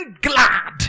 glad